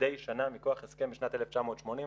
מדי שנה מכוח הסכם משנת 1980,